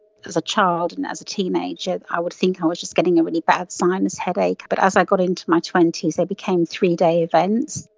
as a child and as a teenager i would think i was just getting a really bad sinus headache, but as i got into my twenty s they became three-day events.